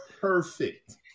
perfect